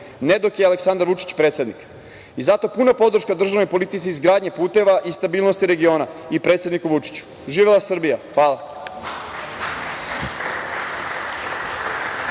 ne dok je Aleksandar Vučić predsednik i zato puna podrška državnoj politici i izgradnji puteva i stabilnosti regiona i predsedniku Vučiću. Živela Srbija! Hvala.